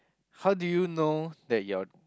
how do you know that your